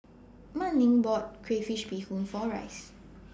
Manning bought Crayfish Beehoon For Rice